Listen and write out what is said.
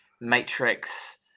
Matrix